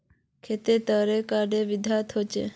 खेत तेर कैडा विधि होचे?